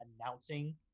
announcing